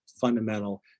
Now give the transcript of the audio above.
fundamental